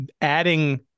adding